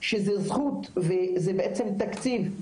וזו הפנטזיה שלי,